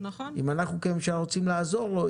אם אנחנו כממשלה רוצים לעזור לו,